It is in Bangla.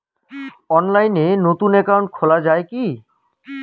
অনলাইনে নতুন একাউন্ট খোলা য়ায় কি?